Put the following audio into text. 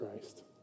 Christ